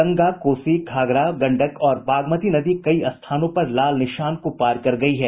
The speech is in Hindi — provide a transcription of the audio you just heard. गंगा कोसी घाघरा गंडक और बागमती नदी कई स्थानों पर लाल निशान को पार कर गयी है